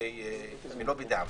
ולא בדיעבד.